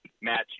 match